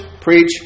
preach